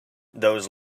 those